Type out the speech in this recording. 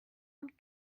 und